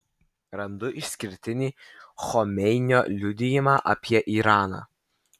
randu išskirtinį chomeinio liudijimą apie iraną